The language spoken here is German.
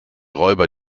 räuber